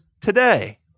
today